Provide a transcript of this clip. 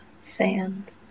sand